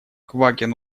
квакин